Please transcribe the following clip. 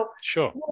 Sure